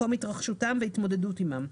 מקום התרחשותם וההתמודדות עמם.